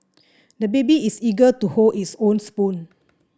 the baby is eager to hold his own spoon